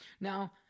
Now